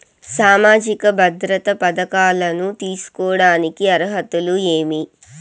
సామాజిక భద్రత పథకాలను తీసుకోడానికి అర్హతలు ఏమి?